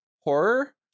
horror